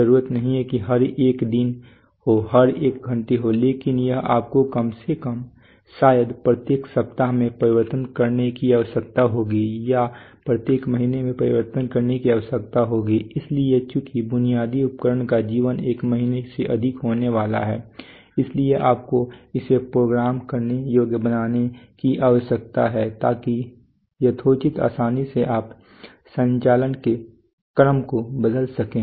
जरूरत नहीं है कि हर 1 दिन हो हर 1 घंटे हो लेकिन यहां आपको कम से कम शायद प्रत्येक सप्ताह में परिवर्तन करने की आवश्यकता होगी या प्रत्येक महीने में परिवर्तित करने की आवश्यकता होगी इसलिए चूंकि बुनियादी उपकरण का जीवन एक महीने से अधिक होने वाला है इसलिए आपको इसे प्रोग्राम करने योग्य बनाने की आवश्यकता है ताकि यथोचित आसानी से आप संचालन के क्रम को बदल सकें